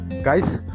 Guys